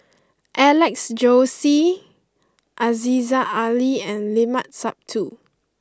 Alex Josey Aziza Ali and Limat Sabtu